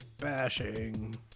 Bashing